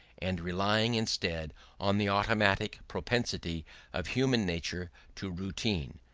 and relying instead on the automatic propensity of human nature to routine,